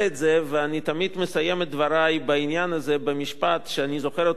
ואני תמיד מסיים את דברי בעניין הזה במשפט שאני זוכר היטב,